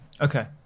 Okay